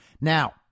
now